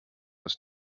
dass